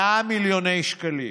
100 מיליוני שקלים,